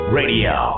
radio